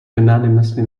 unanimously